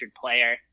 player